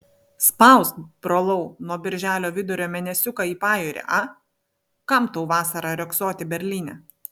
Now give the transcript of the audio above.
spausk brolau nuo birželio vidurio mėnesiuką į pajūrį a kam tau vasarą riogsoti berlyne